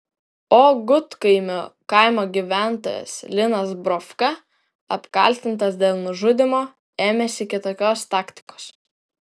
o gudkaimio kaimo gyventojas linas brovka apkaltintas dėl nužudymo ėmėsi kitokios taktikos